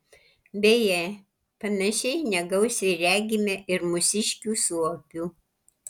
beje panašiai negausiai regime ir mūsiškių suopių